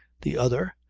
the other,